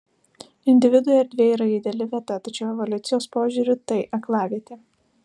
individui erdvė yra ideali vieta tačiau evoliucijos požiūriu tai aklavietė